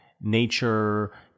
nature